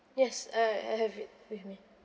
yes uh I have it with me